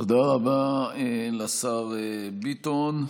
תודה רבה לשר ביטון.